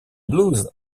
blues